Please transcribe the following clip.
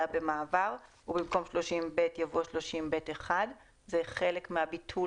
במעבר" ובמקום "30(ב)" יבוא "30(ב1)"; זה חלק מהביטול